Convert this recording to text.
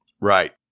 Right